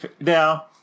now